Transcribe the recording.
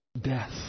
death